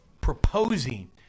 proposing